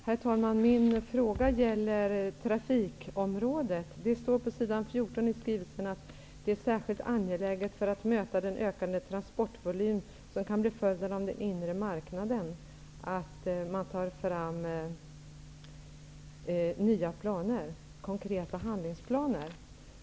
Herr talman! Min fråga gäller trafikområdet. Det står på s. 14 i skrivelsen att det är särskilt angeläget, för att möta den ökande transportvolym som kan bli följden av den inre marknaden, att man tar fram nya konkreta handlingsplaner.